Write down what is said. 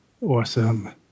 awesome